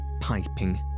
piping